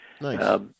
Nice